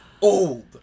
old